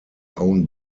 own